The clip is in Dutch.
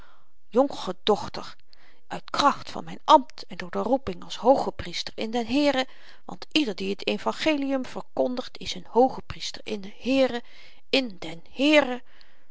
jonche dochter uit kracht van myn ambt en door de roeping als hoochepriester in den heere want ieder die t evangelium verkondigt is n hoochepriester in den heere in den heere